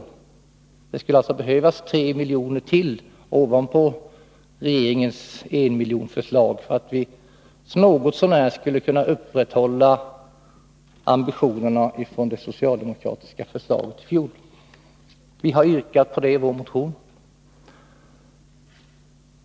Därför skulle det behövas 3 miljoner utöver regeringens enmiljonsförslag. Detta krävs för att det något så när skall motsvara ambitionerna i socialdemokraternas fjolårsförslag. I vår motion har vi framställt ett sådant yrkande.